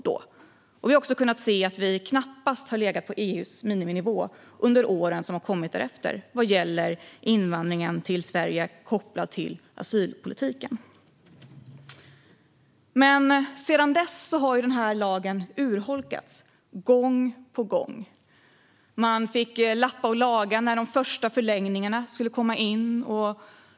Man har också kunnat se att vi knappast har legat på EU:s miniminivå under åren därefter vad gäller den invandring till Sverige som kan kopplas till asylpolitiken. Sedan dess har lagen urholkats gång på gång. Man fick lappa och laga när de första förlängningarna skulle komma in.